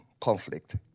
conflict